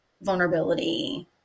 vulnerability